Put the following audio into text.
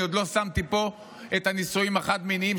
אני עוד לא שמתי פה את הנישואים החד-מיניים,